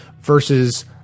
versus